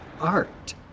art